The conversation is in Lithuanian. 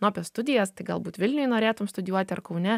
nu apie studijas tai galbūt vilniuj norėtum studijuoti ar kaune